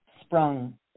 sprung